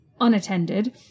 Unattended